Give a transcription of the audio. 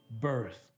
birth